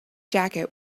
jacket